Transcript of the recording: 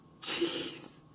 Jeez